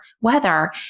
weather